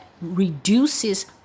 reduces